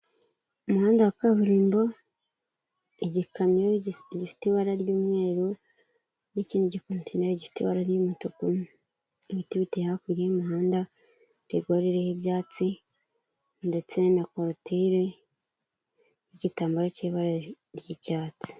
Umuhanda wa kaburimbo, igikamyo gifite ibara ry'umweru n'ikindi gikotineri gifite ibara ry'umutuku, ibiti biteye hakurya y'umuhanda, rigori iriho ibyatsi ndetse na korotire y'igitambaro cy'ibara ry'icyatsi.